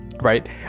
right